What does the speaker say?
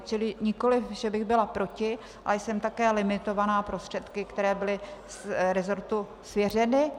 Čili nikoliv že bych byla proti, ale jsem také limitována prostředky, které byly resortu svěřeny.